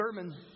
sermon